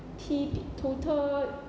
T P total